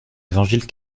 évangiles